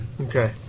Okay